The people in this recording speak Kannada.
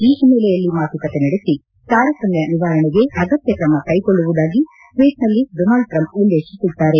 ಈ ಹಿನ್ನೆಲೆಯಲ್ಲಿ ಮಾತುಕತೆ ನಡೆಸಿ ತಾರತಮ್ಯ ನಿವಾರಣೆಗೆ ಅಗತ್ಯ ಕ್ರಮ ಕೈಗೊಳ್ಳುವುದಾಗಿ ಟ್ವೀಟ್ನಲ್ಲಿ ಡೋನಾಲ್ಡ್ ಟ್ರಂಪ್ ಉಲ್ಲೇಖಿಸಿದ್ದಾರೆ